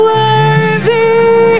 worthy